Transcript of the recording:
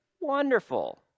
wonderful